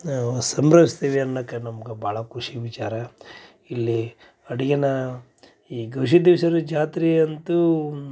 ನಾವು ಸಂಭ್ರಮಿಸ್ತೀವಿ ಅನ್ನೋಕ ನಮ್ಗೆ ಭಾಳ ಖುಷಿ ವಿಚಾರ ಇಲ್ಲಿ ಅಡುಗೆನ ಈ ಗವಿಸಿದ್ಧೇಶ್ವರ ಜಾತ್ರೆ ಅಂತೂ